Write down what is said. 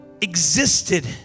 existed